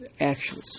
actions